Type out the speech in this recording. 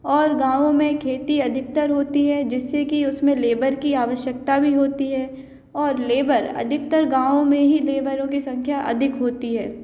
और गाँवों में खेती अधिकतर होती है जिससे कि उसमें लेबर की आवश्यक्ता भी होती है और लेबर अधिकतर गाँवों में ही लेबरों की संख्या अधिक होती है